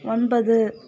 ஒன்பது